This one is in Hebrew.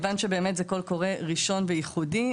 מכיוון שזה קול קורא ראשון וייחודי,